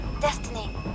Destiny